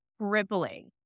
crippling